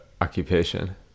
occupation